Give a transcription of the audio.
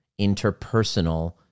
interpersonal